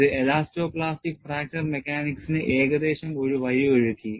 ഇത് elasto plastic fracture മെക്കാനിക്സിന് ഏകദേശം ഒരു വഴിയൊരുക്കി